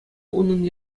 унӑн